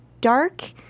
dark